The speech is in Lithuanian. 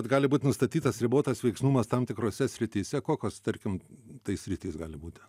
gali būt nustatytas ribotas veiksnumas tam tikrose srityse kokios tarkim tai sritys gali būti